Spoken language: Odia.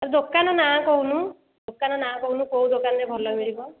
ଏ ଦୋକାନ ନାଁ କହୁନ ଦୋକାନ ନାଁ କହୁନ କେଉଁ ଦୋକାନରେ ଭଲ ମିଳିବ